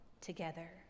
together